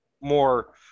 more